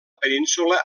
península